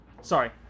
sorry